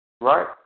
right